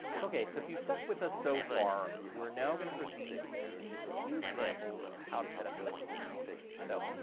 okay, so if you've stuck with us so far, we're now going to proceed into just a few examples and how to set up your works cited page. so,